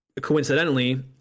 Coincidentally